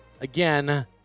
again